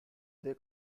they